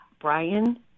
Brian